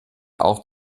auch